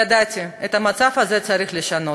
ידעתי: את המצב הזה צריך לשנות.